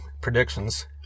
predictions